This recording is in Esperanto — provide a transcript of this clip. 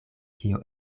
kio